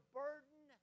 burden